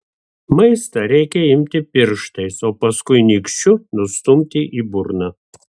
maistą reikia imti pirštais o paskui nykščiu nustumti į burną